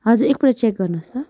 हजुर एकपल्ट चेक गर्नुहोस् त